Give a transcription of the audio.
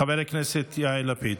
חבר הכנסת יאיר לפיד,